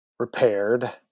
Repaired